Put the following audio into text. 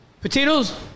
Potatoes